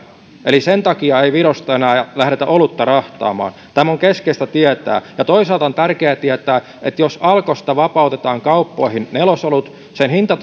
sen takia ei virosta enää lähdetä olutta rahtaamaan tämä on keskeistä tietää toisaalta on tärkeää tietää että jos alkosta vapautetaan kauppoihin nelosolut sen hinta